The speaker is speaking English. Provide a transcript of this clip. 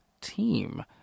team